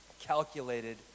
calculated